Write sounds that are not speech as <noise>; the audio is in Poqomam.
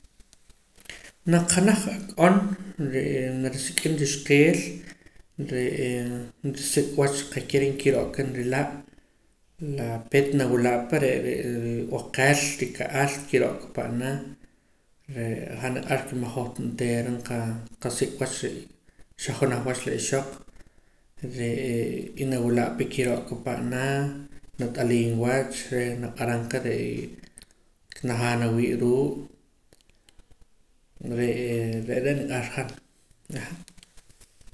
<noise> Naq janaj ak'on re'ee narisik'im rixqeel re'ee nrisik' wach qa'ken re' kiro'ka nrila' la peet nawila' pa re' re' rib'aqel rika'al kiro'ka pa'na re'ee han niq'ar ke mahoj ta onteera nqa nqasik' wach re' xajunaj wach la ixoq re'ee nawila' pa kiro'ka pa'na nat'aliim wach reh naq'aram qa re'ee najaam nawii' ruu' re'ee re'ee re' re' niq'ar han <noise>